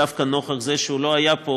דווקא נוכח זה שהוא לא היה פה,